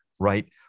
right